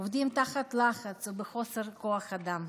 עובדים תחת לחץ ובחוסר כוח אדם.